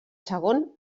segon